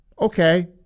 Okay